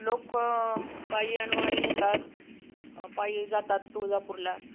लोक पायी अनवाणी येतात पायी जातात तुळजापूरला